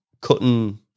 cutting